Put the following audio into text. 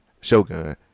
Shogun